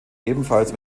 ebenfalls